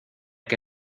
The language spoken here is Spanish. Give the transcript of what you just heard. que